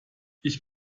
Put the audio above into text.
ich